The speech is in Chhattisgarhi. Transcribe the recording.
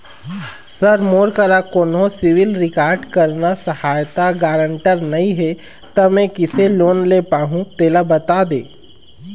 सर मोर करा कोन्हो सिविल रिकॉर्ड करना सहायता गारंटर नई हे ता मे किसे लोन ले पाहुं तेला बता दे